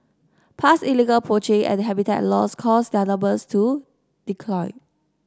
past illegal poaching and habitat loss caused their numbers to decline